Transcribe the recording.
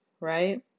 right